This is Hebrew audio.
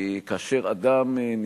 כאשר אדם,